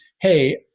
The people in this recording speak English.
hey